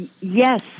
yes